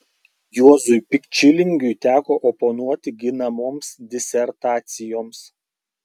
juozui pikčilingiui teko oponuoti ginamoms disertacijoms